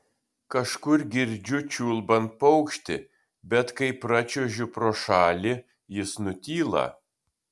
kažkur girdžiu čiulbant paukštį bet kai pračiuožiu pro šalį jis nutyla